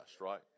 right